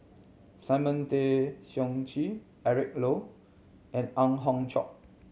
Simon Tay Seong Chee Eric Low and Ang Hiong Chiok